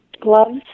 gloves